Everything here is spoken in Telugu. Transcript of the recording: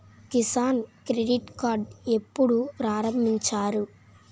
కిసాన్ క్రెడిట్ కార్డ్ ఎప్పుడు ప్రారంభించారు?